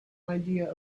idea